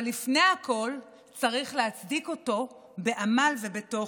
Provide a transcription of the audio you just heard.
אבל לפני הכול צריך להצדיק אותו בעמל ובתוכן.